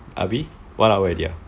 are we one hour already ah